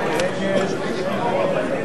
להצביע.